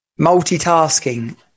Multitasking